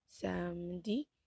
samedi